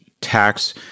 tax